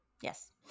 Yes